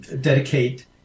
dedicate